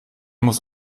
muss